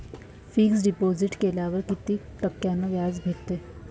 Fix deposit केल्यावर कितीक टक्क्यान व्याज भेटते?